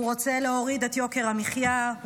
הוא רוצה להוריד את יוקר המחיה,